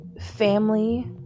family